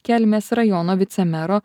kelmės rajono vicemero